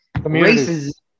Races